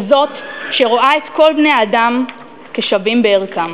כזאת שרואה את כל בני-האדם כשווים בערכם.